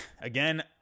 Again